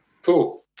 Cool